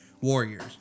warriors